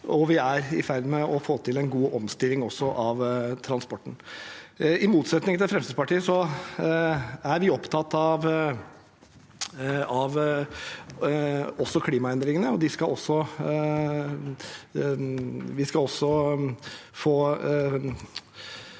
vi er i ferd med å få til en god omstilling også av transporten. I motsetning til Fremskrittspartiet er vi også opptatt av klimaendringene.